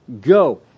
Go